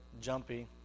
jumpy